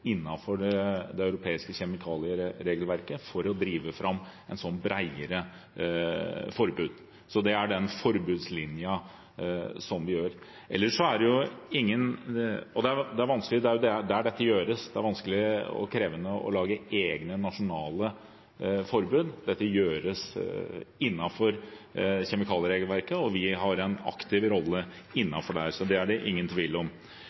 det europeiske kjemikalieregelverket for å drive fram et bredere forbud. Det er den forbudslinjen som vi har. Der dette gjøres, er det vanskelig og krevende å lage egne nasjonale forbud. Dette gjøres innenfor kjemikalieregelverket, og vi har en aktiv rolle innenfor det. Det er det ingen tvil om.